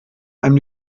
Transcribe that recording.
einem